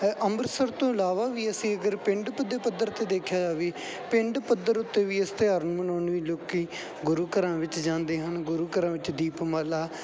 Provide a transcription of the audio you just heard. ਅੰਮ੍ਰਿਤਸਰ ਤੋਂ ਇਲਾਵਾ ਵੀ ਅਸੀਂ ਅਗਰ ਪਿੰਡ ਪੱਧਰ 'ਤੇ ਦੇਖਿਆ ਜਾਵੇ ਪਿੰਡ ਪੱਧਰ ਉੱਤੇ ਵੀ ਇਸ ਤਿਉਹਾਰ ਨੂੰ ਮਨਾਉਣ ਲਈ ਲੋਕ ਗੁਰੂ ਘਰਾਂ ਵਿੱਚ ਜਾਂਦੇ ਹਨ ਗੁਰੂ ਘਰਾਂ ਵਿੱਚ ਦੀਪਮਾਲਾ